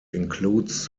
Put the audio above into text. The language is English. includes